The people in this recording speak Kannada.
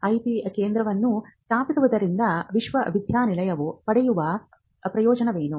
ಐಪಿ ಕೇಂದ್ರವನ್ನು ಸ್ಥಾಪಿಸುವುದರಿಂದ ವಿಶ್ವವಿದ್ಯಾಲಯವು ಪಡೆಯುವ ಪ್ರಯೋಜನವೇನು